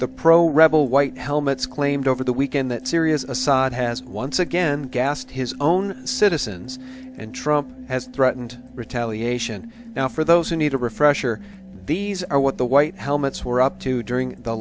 the pro rebel white helmets claimed over the weekend that syria's assad has once again gassed his own citizens and trump has threatened retaliation now for those who need a refresher these are what the white helmets were up to during the